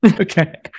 Okay